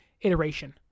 iteration